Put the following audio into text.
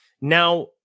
Now